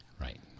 Right